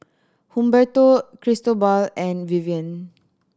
Humberto Cristobal and Vivian